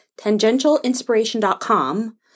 tangentialinspiration.com